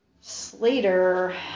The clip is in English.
Slater